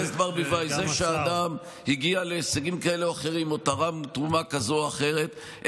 זה שאדם הגיע להישגים כאלה או אחרים או תרם תרומה כזאת או אחרת,